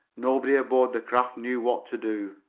nobody aboard the craft knew what to do.